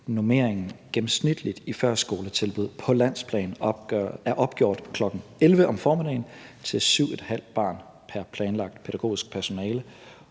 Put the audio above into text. normeringen gennemsnitligt i førskoletilbud på landsplan er opgjort kl. 11.00 om formiddagen til 7,5 barn pr. planlagt pædagogisk personale,